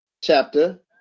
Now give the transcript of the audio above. chapter